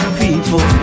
people